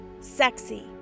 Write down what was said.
sexy